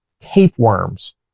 tapeworms